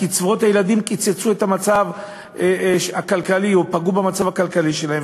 קיצוץ קצבאות הילדים פגע במצב הכלכלי שלהם,